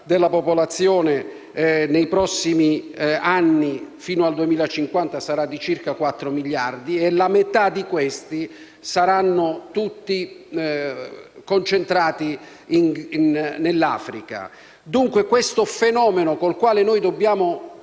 della popolazione nei prossimi anni, fino al 2050, sarà di circa 4 miliardi, metà dei quali saranno tutti concentrati in Africa. Dunque, questo fenomeno, con il quale noi -